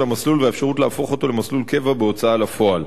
המסלול והאפשרות להפוך אותו למסלול קבע בהוצאה לפועל.